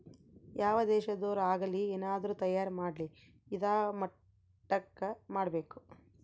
ಯಾವ್ ದೇಶದೊರ್ ಆಗಲಿ ಏನಾದ್ರೂ ತಯಾರ ಮಾಡ್ಲಿ ಇದಾ ಮಟ್ಟಕ್ ಮಾಡ್ಬೇಕು